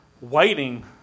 waiting